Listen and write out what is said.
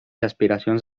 aspiracions